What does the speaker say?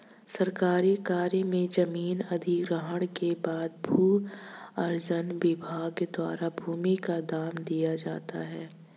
सरकारी कार्य में जमीन अधिग्रहण के बाद भू अर्जन विभाग द्वारा भूमि का दाम दिया जाता है